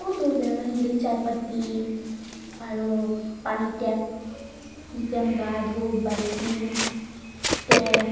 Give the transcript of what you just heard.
বহুতো যেনেকৈ হিন্দীত চাই পাত্তি আৰু পানীৰ টেপ যেতিয়া আমি গা ধুওঁ বাল্টি টেপ